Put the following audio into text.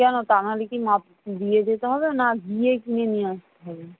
কেন কি মাপ দিয়ে যেতে হবে না গিয়ে কিনে নিয়ে আসতে হবে